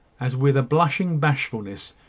as with a blushing bashfulness,